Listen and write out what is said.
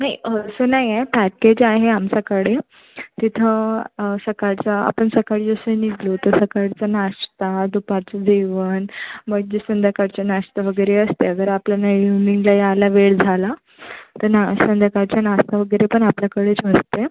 नाही असं नाही आहे पॅकेज आहे आमच्याकडे तिथं सकाळचं आपण सकाळी जसे निघलो तर सकाळचा नाश्ता दुपारचं जेवण मग जे संध्याकाळचा नाश्ता वगैरे असते अगर आपल्याला इवनिंगला यायला वेळ झाला तर ना संध्याकाळचा नाश्ता वगैरे पण आपल्याकडेच असते